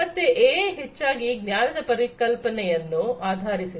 ಮತ್ತೆ ಎಐ ಹೆಚ್ಚಾಗಿ ಜ್ಞಾನದ ಪರಿಕಲ್ಪನೆಯನ್ನು ಆಧರಿಸಿದೆ